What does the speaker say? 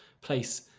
place